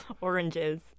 Oranges